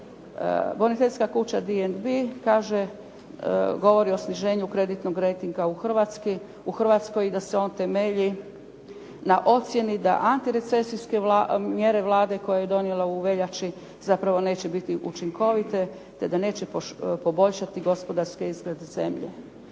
Bonitetska kuća "D&B" kaže govori o sniženju kreditnog rejtinga u Hrvatskoj i da se on temelji na ocjeni da antirecesijske mjere Vlade koje je donijela u veljači zapravo neće biti učinkovite te da neće poboljšati gospodarski izgled zemlje.